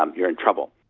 um you're in trouble.